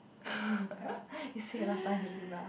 you say alot of times already bah